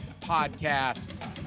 Podcast